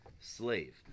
slave